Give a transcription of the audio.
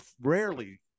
rarely